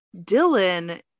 dylan